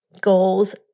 goals